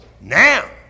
Now